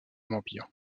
morbihan